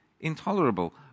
intolerable